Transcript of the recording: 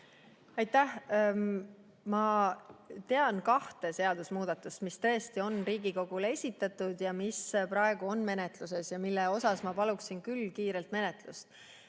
Aitäh! Ma tean kahte seadusemuudatust, mis tõesti on Riigikogule esitatud ja mis praegu on menetluses ja mille puhul ma paluksin küll kiiret menetlust.